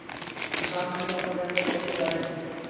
किसान कीटो पर नियंत्रण कैसे करें?